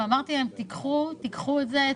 ואמרתי להם שייקחו את זה,